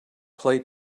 play